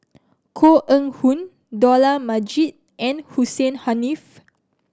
Koh Eng Hoon Dollah Majid and Hussein Haniff